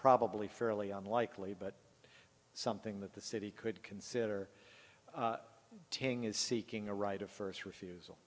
probably fairly unlikely but something that the city could consider telling is seeking a right of first refusal